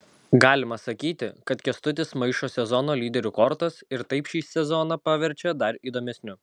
galima sakyti kad kęstutis maišo sezono lyderių kortas ir taip šį sezoną paverčia dar įdomesniu